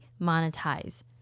Monetize